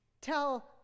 tell